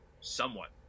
somewhat